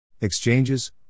Exchanges